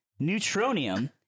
neutronium